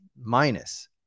minus